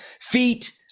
feet